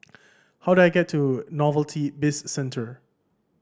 how do I get to Novelty Bizcentre